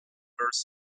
first